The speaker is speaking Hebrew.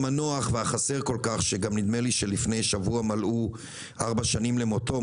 המנוח והחסר כל כך שנדמה לי שלפני שבוע מלאו ארבע שנים למותו,